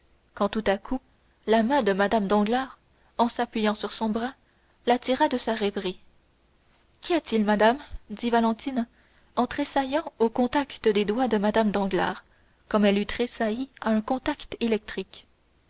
quand tout à coup la main de mme danglars en s'appuyant sur son bras la tira de sa rêverie qu'y a-t-il madame dit valentine en tressaillant au contact des doigts de mme danglars comme elle eût tressailli à un contact électrique